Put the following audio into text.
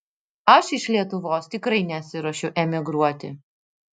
aš iš lietuvos tikrai nesiruošiu emigruoti